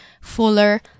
fuller